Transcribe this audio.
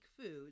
food